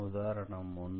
உதாரணம் 1